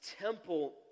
temple